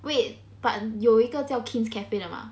wait but 有一个叫 Kin's Cafe 的吗